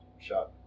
shot